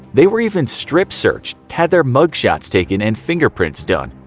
they were even strip-searched, had their mugshots taken and fingerprints done.